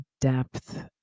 depth